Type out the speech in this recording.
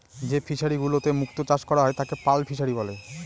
যে ফিশারিগুলোতে মুক্ত চাষ করা হয় তাকে পার্ল ফিসারী বলে